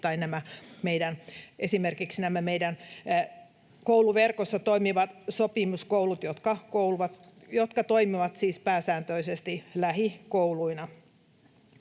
nämä meidän kouluverkossa toimivat sopimuskoulut, jotka toimivat siis pääsääntöisesti lähikouluina.